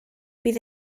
bydd